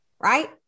Right